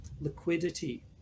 liquidity